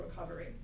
recovery